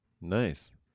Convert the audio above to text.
nice